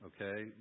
okay